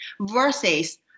versus